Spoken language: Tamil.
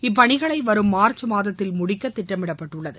இப்பணிகளை வரும் மார்ச் மாதத்தில் முடிக்க திட்டமிடப்பட்டுள்ளது